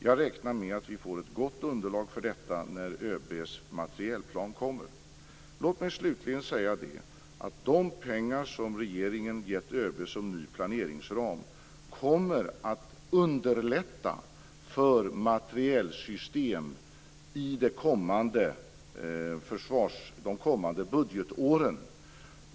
Jag räknar med att vi får ett gott underlag för detta när Låt mig slutligen säga att de pengar som regeringen gett ÖB som ny planeringsram kommer att underlätta för materielsystem under de kommande budgetåren.